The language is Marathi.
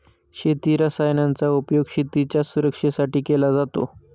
शेती रसायनांचा उपयोग शेतीच्या सुरक्षेसाठी केला जातो